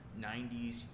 90s